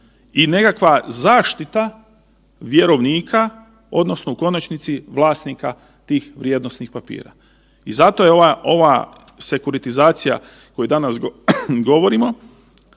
i nekakva zaštita vjerovnika, odnosno u konačnici, vlasnika tih vrijednosnih papira. I zato je ova sekuritizacija o kojoj danas govorimo